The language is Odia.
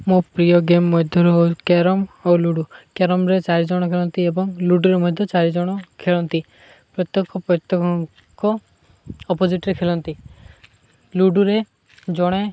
ମୋ ପ୍ରିୟ ଗେମ୍ ମଧ୍ୟରୁ ହେଉଛି କ୍ୟାରମ୍ ଓ ଲୁଡ଼ୁ କ୍ୟାରମ୍ରେ ଚାରି ଜଣ ଖେଳନ୍ତି ଏବଂ ଲୁଡ଼ୁରେ ମଧ୍ୟ ଚାରି ଜଣ ଖେଳନ୍ତି ପ୍ରତ୍ୟେକ ପ୍ରତ୍ୟେକଙ୍କ ଅପୋଜିଟ୍ରେ ଖେଳନ୍ତି ଲୁଡ଼ୁରେ ଜଣେ